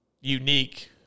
unique